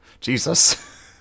Jesus